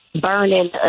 burning